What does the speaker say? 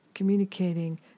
communicating